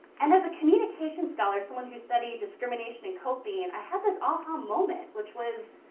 and as communication scholar, someone who studied discrimination and coping, and i had this ah-ha um moment, which was,